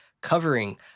covering